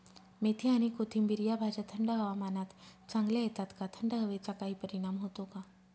मेथी आणि कोथिंबिर या भाज्या थंड हवामानात चांगल्या येतात का? थंड हवेचा काही परिणाम होतो का?